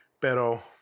Pero